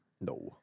No